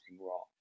wrong